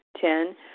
Ten